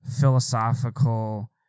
philosophical